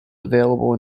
available